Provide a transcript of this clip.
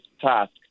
task